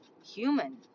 human